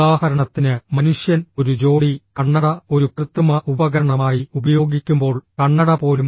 ഉദാഹരണത്തിന് മനുഷ്യൻ ഒരു ജോടി കണ്ണട ഒരു കൃത്രിമ ഉപകരണമായി ഉപയോഗിക്കുമ്പോൾ കണ്ണട പോലും